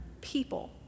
people